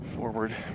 FORWARD